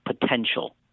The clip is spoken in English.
potential